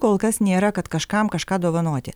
kol kas nėra kad kažkam kažką dovanoti